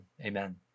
amen